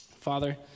Father